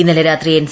ഇന്നലെ രാത്രി എൻ